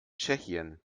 tschechien